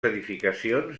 edificacions